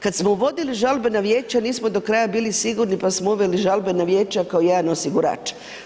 Kada smo uvodili žalbena vijeća nismo do kraja bili sigurni pa smo uveli žalbena vijeća kao jedan osigurač.